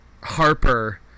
Harper